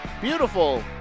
beautiful